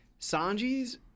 Sanji's